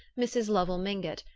mrs. lovell mingott,